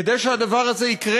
כדי שהדבר הזה יקרה,